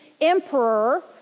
emperor